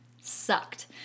sucked